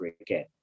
again